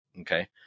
Okay